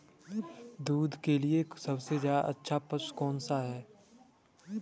दूध के लिए सबसे अच्छा पशु कौनसा है?